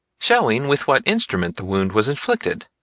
showing with what instrument the wound was inflicted,